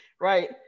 right